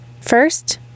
First